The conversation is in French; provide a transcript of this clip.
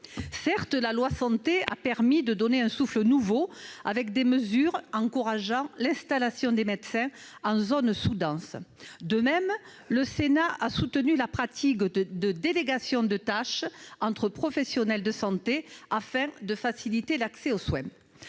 du système de santé a permis de donner un souffle nouveau, en encourageant l'installation des médecins dans les zones sous-denses. Pour sa part, le Sénat a soutenu la pratique des délégations de tâches entre professionnels de santé, afin de faciliter l'accès aux soins.